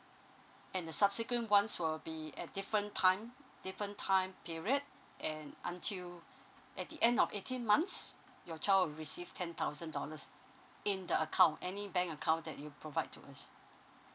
and the subsequent ones will be at different time different time period and until at the end of eighteen months your child will receive ten thousand dollars in the account any bank account that you provide to us